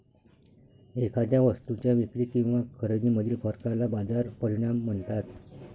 एखाद्या वस्तूच्या विक्री किंवा खरेदीमधील फरकाला बाजार परिणाम म्हणतात